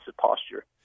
posture